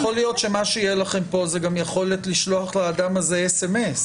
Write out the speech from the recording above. גם יכול להיות שמה שיהיה לכם פה זה גם יכולת לשלוח לאדם הזה אס.אמ.אס,